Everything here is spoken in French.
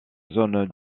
zone